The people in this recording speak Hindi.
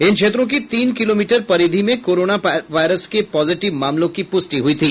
इन क्षेत्रों की तीन किलोमीटर परिधि में कोरोना वायरस के पॉजीटिव मामलों की पुष्टि हुई थी